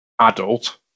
adult